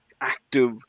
active